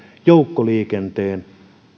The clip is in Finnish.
joukkoliikenteen